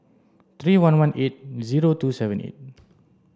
three one one eight zero two seven eight